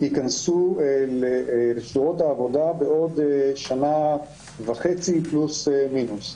ייכנסו לשורות העבודה בעוד שנה וחצי פלוס מינוס.